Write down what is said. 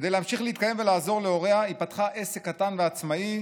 כדי להמשיך להתקיים ולעזור להוריה היא פתחה עסק קטן ועצמאי